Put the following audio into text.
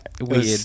Weird